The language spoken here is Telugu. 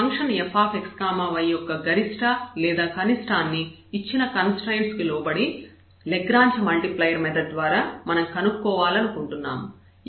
ఇక్కడ ఫంక్షన్ fxy యొక్క గరిష్ట లేదా కనిష్ఠాన్ని ఇచ్చిన కన్స్ట్రయిన్ట్ కు లోబడి లాగ్రాంజ్ మల్టిప్లైయర్ మెథడ్ ద్వారా మనం కనుక్కోవాలనుకుంటున్నాము